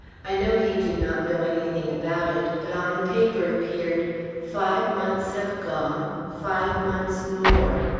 i know he did not know anything about it but on the paper appeared five months have gone five months more.